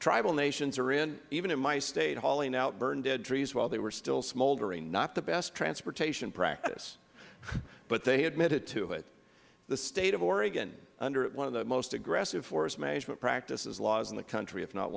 tribal nations are in even in my state hauling out burned dead trees while they were smoldering not the best transportation practice but they admitted to it the state of oregon under one of the most aggressive forest management practice laws in the country if not